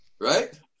right